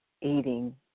eating